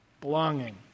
Belonging